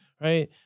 right